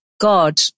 God